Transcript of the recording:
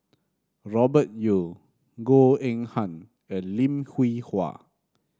Robert Yeo Goh Eng Han and Lim Hwee Hua